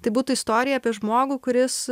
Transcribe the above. tai būtų istorija apie žmogų kuris